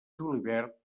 julivert